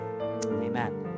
amen